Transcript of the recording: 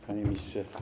Panie Ministrze!